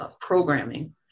programming